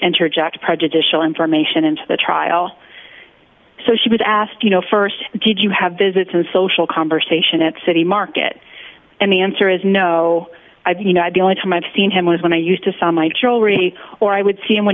interject prejudicial information into the trial so she was asked you know st did you have visits and social conversation at city market and the answer is no i've you know i the only time i've seen him was when i used to sign my children he or i would see him when